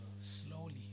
Slowly